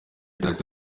penaliti